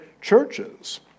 churches